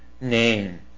name